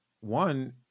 One